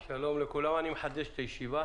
13:01.) אני מחדש את הישיבה